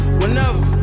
whenever